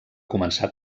començar